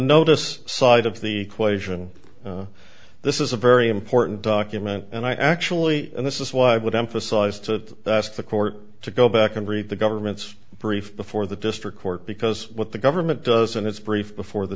notice side of the question this is a very important document and i actually and this is what i would emphasize to the court to go back and read the government's brief before the district court because what the government does in its brief before the